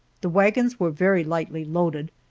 the wagons were very lightly loaded,